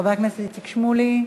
חבר הכנסת איציק שמולי,